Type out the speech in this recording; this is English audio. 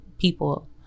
people